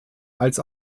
als